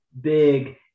big